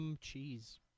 Cheese